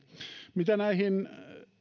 mitä näihin